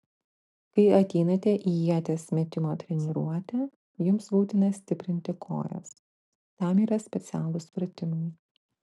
kai ateinate į ieties metimo treniruotę jums būtina stiprinti kojas tam yra specialūs pratimai